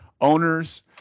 owners